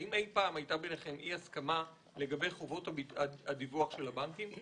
האם אי פעם הייתה ביניכם אי הסכמה לגבי חובות הדיווח של הבנקים?